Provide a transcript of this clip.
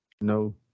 No